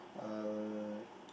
uh